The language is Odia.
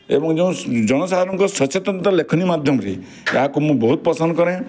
ଏବଂ ଯେଉଁ ଜନସାଧାରଣଙ୍କ ସଚେତନତା ଲେଖନୀ ମଧ୍ୟମରେ ଏହାକୁ ମୁଁ ବହୁତ ପସନ୍ଦ କରେଁ